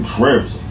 Trips